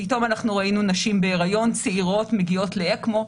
פתאום אנחנו ראינו נשים בהריון צעירות מגיעות לאקמו,